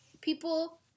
people